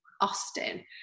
Austin